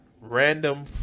Random